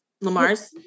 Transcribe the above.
Lamar's